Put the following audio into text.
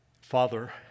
Father